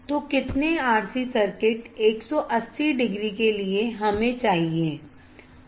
तो कितने RC circuit 180 degree के लिए हमें चाहिए